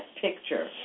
picture